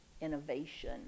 innovation